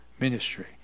ministry